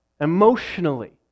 emotionally